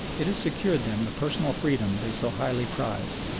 it has secured them the personal freedom they so highly prize,